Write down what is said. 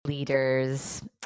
leaders